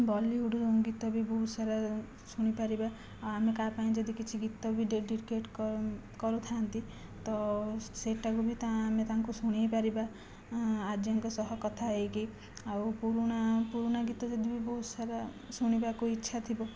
ବଲିଉଡ୍ ଗୀତ ବି ବହୁତ ସାରା ଶୁଣିପାରିବା ଆଉ ଆମେ କାହା ପାଇଁ ଯଦି କିଛି ଗୀତା ବି ଡେଡିକେଟ୍ କରୁଥାନ୍ତି ତ ସେଇଟାକୁ ବି ତା' ଆମେ ତାଙ୍କୁ ଶୁଣାଇପାରିବା ଆର୍ଜେଙ୍କ ସହ କଥା ହୋଇକି ଆଉ ପୁରୁଣା ପୁରୁଣା ଗୀତ ଯଦି ବି ବହୁତ ସାରା ଶୁଣିବାକୁ ଇଚ୍ଛା ଥିବ